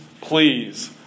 please